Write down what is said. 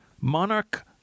monarch